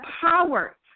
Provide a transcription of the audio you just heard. power